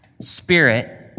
spirit